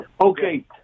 Okay